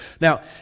Now